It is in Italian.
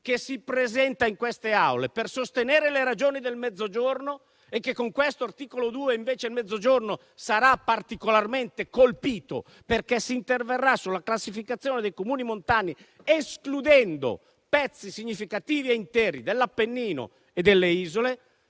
che si presenta nelle Aule parlamentari per sostenere le ragioni del Mezzogiorno. Faccio presente che con l'articolo 2 il Mezzogiorno sarà particolarmente colpito, perché si interverrà sulla classificazione dei Comuni montani escludendo pezzi significativi e interi dell'Appennino e delle isole.